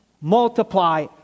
multiply